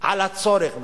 על הצורך,